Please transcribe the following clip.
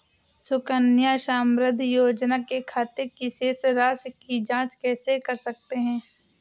सुकन्या समृद्धि योजना के खाते की शेष राशि की जाँच कैसे कर सकते हैं?